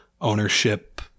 ownership